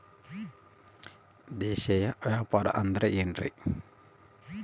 ದೇಶೇಯ ವ್ಯಾಪಾರ ಅಂದ್ರೆ ಏನ್ರಿ?